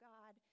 God